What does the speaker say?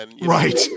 Right